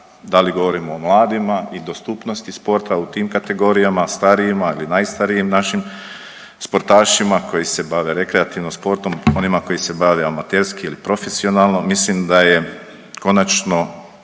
Da li govorimo o mladima i dostupnosti sporta u tim kategorijama, starijima ili najstarijim našim sportašima koji se bave rekreativno sportom, onima koji se bave amaterski ili profesionalno mislim da je konačno